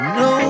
no